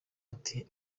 ati